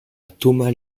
thomas